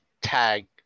tag